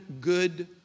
good